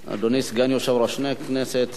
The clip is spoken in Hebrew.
אדוני סגן יושב-ראש הכנסת,